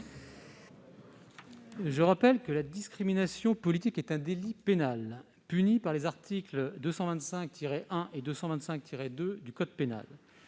Je rappelle que la discrimination politique est un délit pénal puni par les articles 225-1 et 225-2 du code pénal.